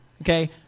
okay